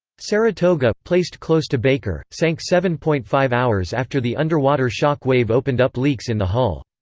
saratoga, placed close to baker, sank seven point five hours after the underwater shock wave opened up leaks in the hull.